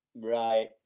Right